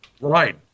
Right